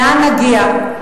לאן נגיע?